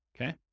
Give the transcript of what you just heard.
okay